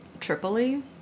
Tripoli